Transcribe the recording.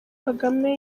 kagame